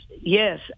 yes